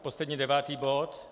Poslední, devátý bod.